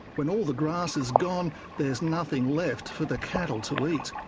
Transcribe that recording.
when all the grass is gone, there's nothing left for the cattle to eat.